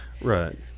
Right